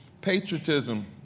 patriotism